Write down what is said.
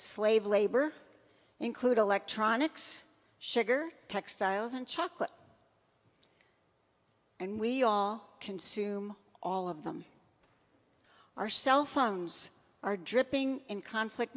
slave labor include electronics sugar textiles and chocolate and we all consume all of them our cell phones our dripping in conflict